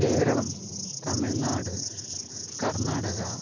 Kerala Tamil Nadu Karnataka